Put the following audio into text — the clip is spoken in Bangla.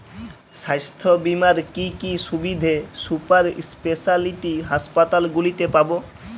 স্বাস্থ্য বীমার কি কি সুবিধে সুপার স্পেশালিটি হাসপাতালগুলিতে পাব?